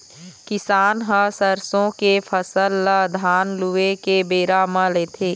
किसान ह सरसों के फसल ल धान लूए के बेरा म लेथे